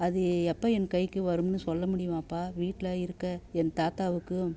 அது எப்போ என் கைக்கு வரும்னு சொல்ல முடியுமாப்பா வீட்டில் இருக்க என் தாத்தாவுக்கும்